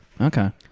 Okay